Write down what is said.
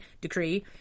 decree